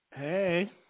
Hey